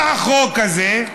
בא החוק הזה,